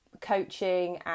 coaching